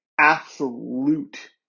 absolute